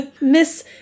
Miss